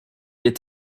est